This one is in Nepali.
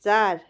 चार